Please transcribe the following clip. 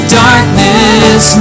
darkness